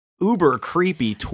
uber-creepy